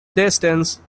distance